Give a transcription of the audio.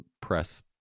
press